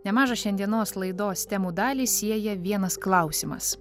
nemažą šiandienos laidos temų dalį sieja vienas klausimas